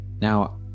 now